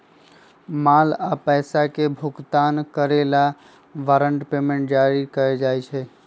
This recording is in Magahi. माल या पैसा के भुगतान करे ला वारंट पेमेंट जारी कइल जा हई